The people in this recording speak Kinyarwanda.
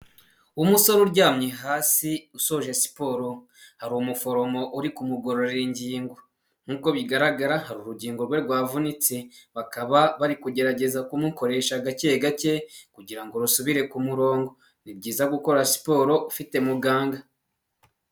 Umusore uryamye hasi usoje siporo, hari umuforomo uri kumugororera ingingo nkuko bigaragara hari urugingo rwe rwavunitse bakaba bari kugerageza kumukoresha gake gake kugira ngo rusubire ku murongo. Ni byiza gukora siporo ufite muganga.